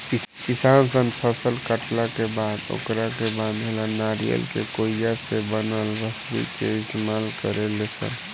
किसान सन फसल काटला के बाद ओकरा के बांधे ला नरियर के खोइया से बनल रसरी के इस्तमाल करेले सन